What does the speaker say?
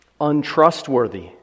untrustworthy